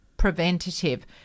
preventative